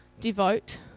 devote